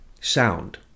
sound